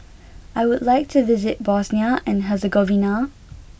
I would like to visit Bosnia and Herzegovina